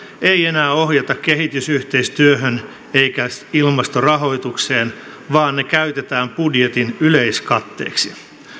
ei enää ohjata kehitysyhteistyöhön eikä ilmastorahoitukseen vaan ne käytetään budjetin yleiskatteeksi